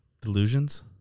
Delusions